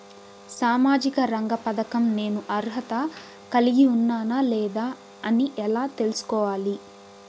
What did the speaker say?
సామాజిక రంగ పథకం నేను అర్హత కలిగి ఉన్నానా లేదా అని ఎలా తెల్సుకోవాలి?